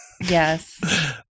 Yes